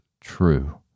true